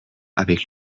avec